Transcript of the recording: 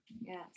Yes